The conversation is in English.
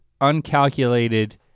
uncalculated